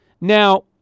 Now